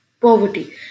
Poverty